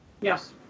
Yes